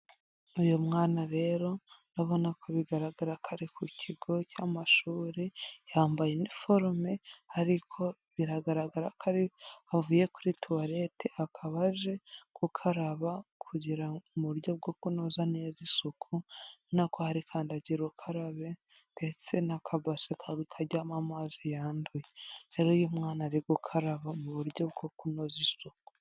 Uyu mwana rero urabona ko bigaragara ko ari ku kigo cy'amashuri, yambaye iniforume ariko biragaragara ko ari avuye kuri tuwarete, akaba aje kukaraba mu buryo bwo kunoza neza isuku, ubonako hari kandagira ukarabe, ndetse n'akabase kajyamo amazi yanduye, rero iyu umwana ari gukaraba mu buryo bwo kunoza isuku.